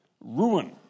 ruin